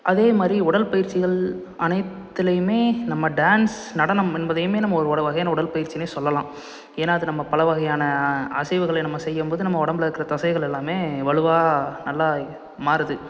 அதே மாதிரி உடல்பயிற்சிகள் அனைத்துலையுமே நம்ம டான்ஸ் நடனம் என்பதையுமே நம்ம ஒரு ஒரு வகையான உடல்பயிற்சியினே சொல்லலாம் ஏன்னா அது நம்ம பல வகையான அசைவுகளை நம்ம செய்யும்போது நம்ம உடம்பில் இருக்கிற தசைகள் எல்லாமே வலுவாக நல்லா மாறுது